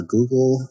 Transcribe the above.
Google